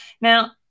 Now